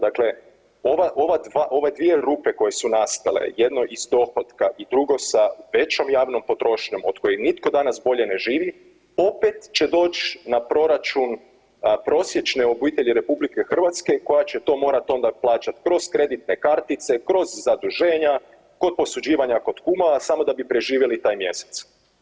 Dakle, ova, ova, ove dvije rupe koje su nastale, jedno iz dohotka i drugo sa većom javnom potrošnjom od koje nitko danas bolje ne živi, opet će doć na proračun prosječne obitelji RH koja će to morat onda plaćat, prvo s kreditne kartice, kroz zaduženja, kod posuđivanja kod kumova, samo da bi preživjeli taj mjesec.